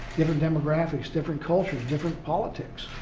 different demographics, different cultures, different politics.